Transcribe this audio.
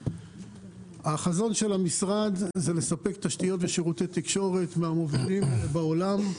החזון של המשרד זה לספק תשתיות ושירותי תקשורת מהמובילים בעולם.